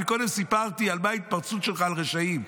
קודם סיפרתי על מה ההתפרצות שלך על רשעים.